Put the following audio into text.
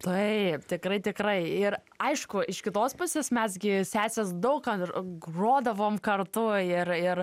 taip tikrai tikrai ir aišku iš kitos pusės mes di sesės daug ką ir grodavom kartu ir ir